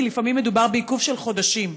כי לפעמים מדובר בעיכוב של חודשים.